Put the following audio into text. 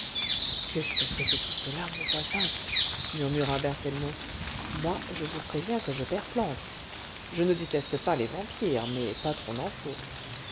qu'est-ce que c'est que tout cela mon voisin murmura berthellemot moi je vous préviens que je perds plante je ne déteste pas les vampires mais pas trop n'en faut